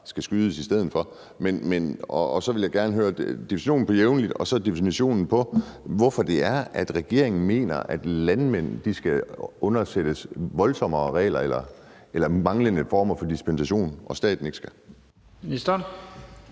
skal skydes i stedet for. Så jeg vil gerne høre definitionen på jævnligt og høre, hvorfor det er, regeringen mener, at landmænd skal underlægges voldsommere regler eller manglende former for dispensation, og at staten ikke skal. Kl.